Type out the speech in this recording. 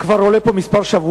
כבר עולה פה כמה שבועות,